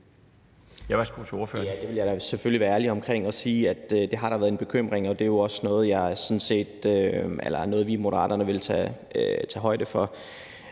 være ærlig omkring og sige, at det da har været en bekymring, og det er jo også noget, vi i Moderaterne vil tage højde for.